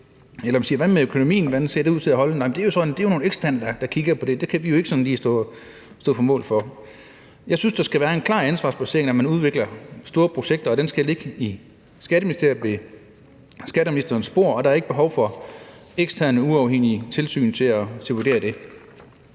Eller hvis man spørger til, om økonomien ser ud til at holde, lyder svaret, at det er nogle eksterne, der kigger på det; det kan vi jo ikke stå på mål for. Jeg synes, der skal være en klar ansvarsplacering, når man udvikler store projekter, og den skal ligge i Skatteministeriet på skatteministerens bord, og der er ikke behov for eksterne uafhængige tilsyn til at vurdere det.